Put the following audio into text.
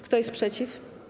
Kto jest przeciw?